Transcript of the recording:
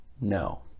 No